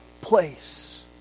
place